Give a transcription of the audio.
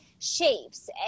Shapes